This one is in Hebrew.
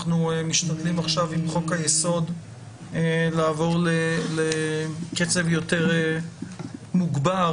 אנחנו משתדלים עכשיו לעבור לקצב יותר מוגבר.